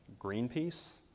Greenpeace